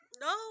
No